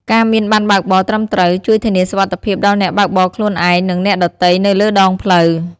ការមានប័ណ្ណបើកបរត្រឹមត្រូវ ជួយធានាសុវត្ថិភាពដល់អ្នកបើកបរខ្លួនឯង និងអ្នកដទៃនៅលើដងផ្លូវ។